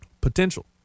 potential